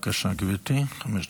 בבקשה, גברתי, חמש דקות.